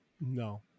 no